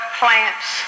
plants